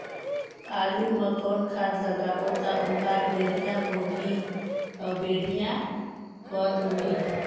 आलू मा कौन खाद लगाबो ता ओहार बेडिया भोगही अउ बेडिया कन्द होही?